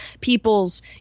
people's